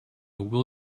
will